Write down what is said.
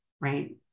Right